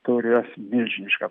turės milžinišką